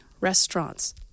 restaurants